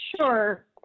Sure